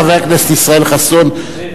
חבר הכנסת ישראל חסון,